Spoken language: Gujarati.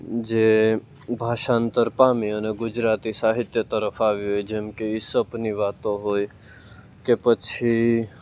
જે ભાષાંતર પામે અને ગુજરાતી સાહિત્ય તરફ આવી હોય જેમકે ઇસપની વાતો હોય કે પછી